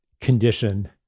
condition